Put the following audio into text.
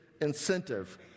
incentive